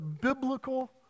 biblical